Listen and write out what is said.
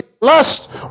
lust